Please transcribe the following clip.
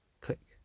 Click